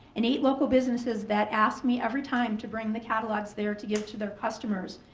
and eight local businesses that ask me every time to bring the catalogs there to give to their customers.